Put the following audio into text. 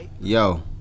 Yo